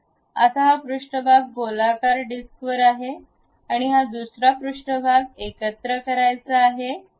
आता हा पृष्ठभाग गोलाकार डिस्कवर आहे आणि हा दुसरा पृष्ठभाग एकत्र करायचा आहे